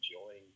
enjoying